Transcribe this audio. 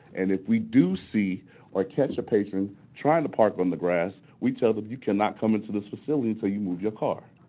and if we do see or catch a patron trying to park on the grass, we tell them you cannot come into this facility until you move your car.